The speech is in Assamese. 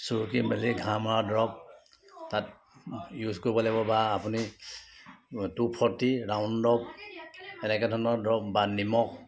চুৰুকি মেলি ঘাঁহ মৰা দৰৱ তাত ইউজ কৰিব লাগিব বা আপুনি টু ফ'ৰ্টি ৰাউণ্ডৰ এনেকে ধৰণৰ দৰৱ বা নিমখ